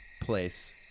place